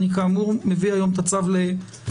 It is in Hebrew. כאמור אני מביא היום את הצו להצבעה,